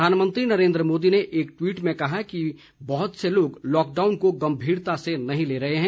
प्रधानमंत्री नरेंद्र मोदी ने एक ट्वीट में कहा कि बहुत से लोग लॉकडाउन को गंभीरता से नहीं ले रहे हैं